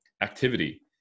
activity